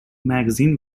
magazine